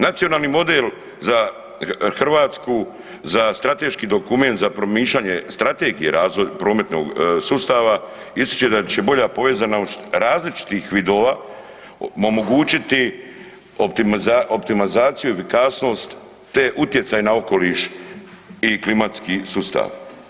Nacionalni model za Hrvatsku, za strateški dokument za promišljanje strategije prometnog sustava ističe da će bolja povezanost različitih vidova omogućiti optimalizaciju i efikasnost te utjecaj na okoliš i klimatski sustav.